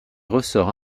ressort